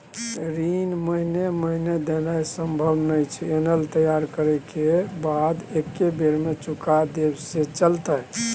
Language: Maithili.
ऋण महीने महीने देनाय सम्भव नय छै, फसल तैयार करै के बाद एक्कै बेर में चुका देब से चलते?